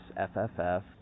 FFF